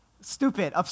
stupid